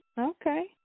Okay